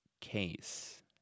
case